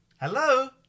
hello